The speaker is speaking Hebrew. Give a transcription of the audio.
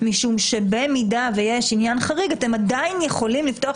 משום שבמידה שיש עניין חריג אתם עדיין יכולים לפתוח